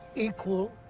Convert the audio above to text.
equal.